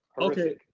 Okay